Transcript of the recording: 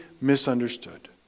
misunderstood